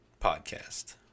Podcast